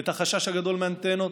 את החשש הגדול מאנטנות,